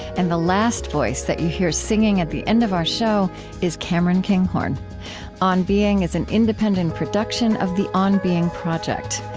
and the last voice that you hear singing at the end of our show is cameron kinghorn on being is an independent production of the on being project.